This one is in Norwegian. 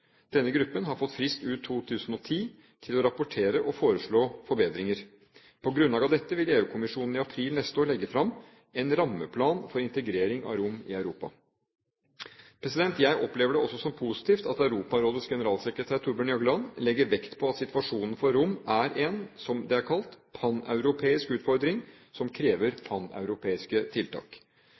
Denne gruppen har fått frist ut 2010 til å rapportere og foreslå forbedringer. På grunnlag av dette vil EU-kommisjonen i april neste år legge fram en rammeplan for integrering av romene i Europa. Jeg opplever det også som positivt at Europarådets generalsekretær Thorbjørn Jagland legger vekt på at situasjonen for romene er en – som det er kalt – paneuropeisk utfordring som krever paneuropeiske tiltak.